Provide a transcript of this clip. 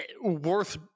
Worth